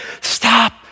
Stop